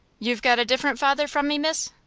you've got a different father from me, miss?